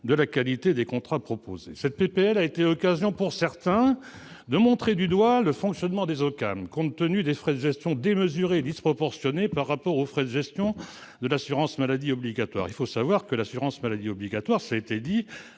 de la qualité des contrats proposés. Ce texte a été l'occasion pour certains de montrer du doigt le fonctionnement des OCAM, au vu notamment de leurs frais de gestion démesurés, disproportionnés par rapport à ceux de l'assurance maladie obligatoire. Il faut mesurer que l'assurance maladie obligatoire, comme il